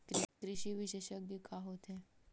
कृषि विशेषज्ञ का होथे?